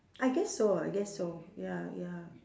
I guess so I guess so ya ya